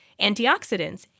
antioxidants